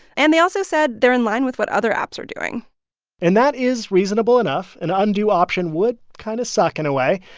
and they also said they're in line with what other apps are doing and that is reasonable enough. an undo option would kind of suck in a way.